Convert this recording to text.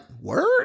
word